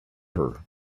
her